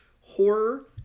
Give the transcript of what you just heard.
horror